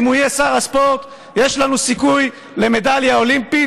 אם הוא יהיה שר הספורט יש לנו סיכוי למדליה אולימפית.